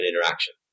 interaction